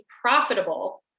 profitable